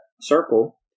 circle